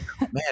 Man